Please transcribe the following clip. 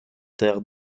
terres